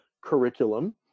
curriculum